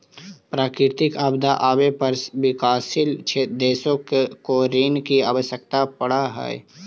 प्राकृतिक आपदा आवे पर विकासशील देशों को ऋण की आवश्यकता पड़अ हई